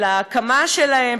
של ההקמה שלהן,